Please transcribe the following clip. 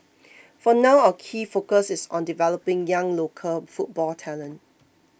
for now our key focus is on developing young local football talent